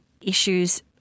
issues